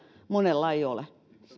monella ei ole